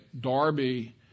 Darby